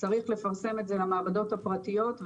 צריך לפרסם את זה למעבדות הפרטיות.